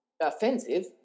offensive